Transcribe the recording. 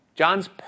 John's